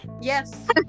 yes